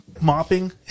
Mopping